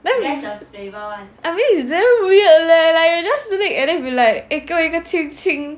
I mean it's damn weird leh like you just lick and then you like 给我一个亲亲